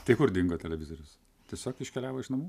tai kur dingo televizorius tiesiog iškeliavo iš namų